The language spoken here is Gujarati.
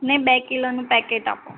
નહીં બે કિલોનું પૅકેટ આપો